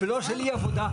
ולא של אי עבודה.